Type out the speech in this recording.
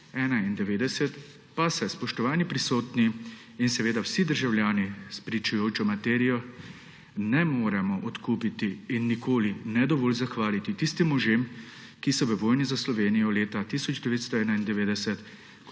pa se spoštovani prisotni in vsi državljani s pričujočo materijo ne moremo odkupiti in nikoli ne dovolj zahvaliti tistim možem, ki so v vojni za Slovenijo leta 1991